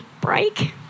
break